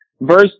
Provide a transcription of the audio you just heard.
Verse